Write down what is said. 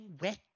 wet